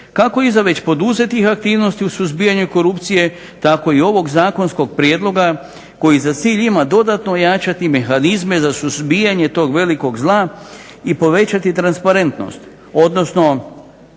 kako i za već poduzetih aktivnosti u suzbijanju korupcije, tako i ovog zakonskog prijedloga koji za cilj ima dodatno ojačati mehanizme za suzbijanje tog velikog zla i povećati transparentnost, odnosno